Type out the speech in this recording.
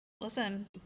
listen